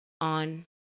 on